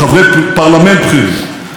אני רוצה להגיד לכם מה אני שומע מהם,